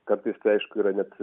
kartais tai aišku yra net